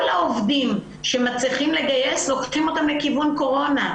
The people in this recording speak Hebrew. העובדים שמצליחים לגייס לוקחים אותם לכיוון קורונה.